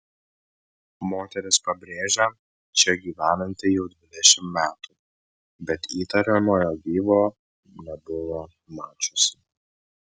moteris pabrėžia čia gyvenanti jau dvidešimt metų bet įtariamojo gyvo nebuvo mačiusi